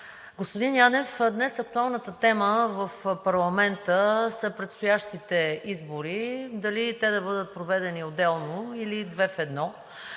Господин Янев, днес актуалната тема в парламента са предстоящите избори – дали те да бъдат проведени отделно, или две в едно,